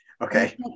okay